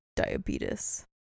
Diabetes